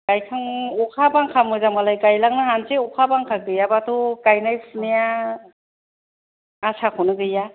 गाइखां आखा बांखा मोजांबालाय गाइलांनो हानसै अखा बांखा गैयाबाथ' गाइनाय फुनाया आसाखौनो गैया